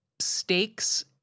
stakes